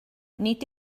nid